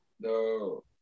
no